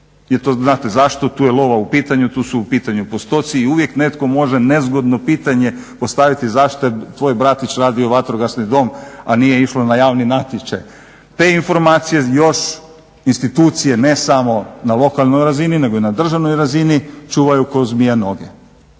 znate zašto, tu je lova u pitanju, tu su u pitanju postoci i uvijek netko može nezgodno pitanje postaviti, zašto je tvoj bratić radio vatrogasni dom a nije išlo na javni natječaj. Te informacije još institucije ne samo na lokalnoj razini nego i na državnoj razini čuvaju kao zmija noge.